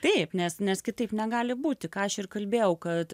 taip nes nes kitaip negali būti ką aš ir kalbėjau kad